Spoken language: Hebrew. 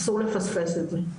אסור לפספס את זה.